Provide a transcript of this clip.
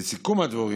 לסיכום הדברים,